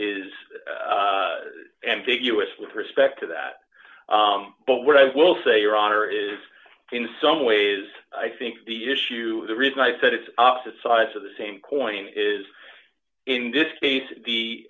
is ambiguous with respect to that but what i will say your honor is in some ways i think the issue the reason i said it's opposite sides of the same coin is in this case the